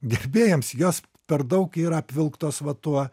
gerbėjams jos per daug yra apvilktos va tuo